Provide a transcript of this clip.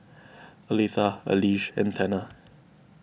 Alethea Elige and Tanner